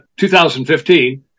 2015